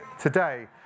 today